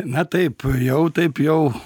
na taip jau taip jau